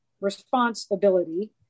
responsibility